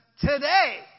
Today